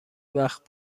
وقت